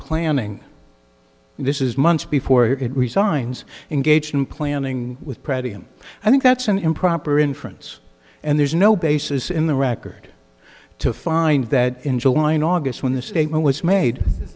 planning this is months before it resigns engaged in planning with pratty and i think that's an improper inference and there's no basis in the record to find that in july and august when the statement was made